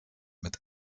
mit